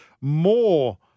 More